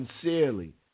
sincerely